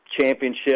championship